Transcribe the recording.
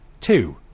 Two